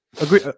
agree